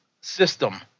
system